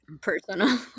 personal